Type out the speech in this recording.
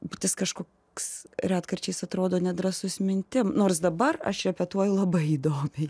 bet jis kažkoks retkarčiais atrodo nedrąsus mintim nors dabar aš repetuoju labai įdomiai